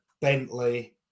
Bentley